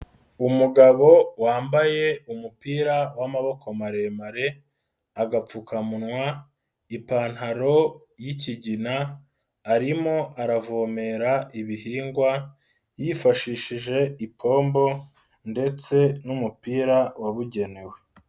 Umugabo wambaye umupira w'amaboko maremare, agapfukamunwa, ipantaro y'ikigina arimo aravomera ibihingwa yifashishije ipombo ndetse n'umupira wabugenewe.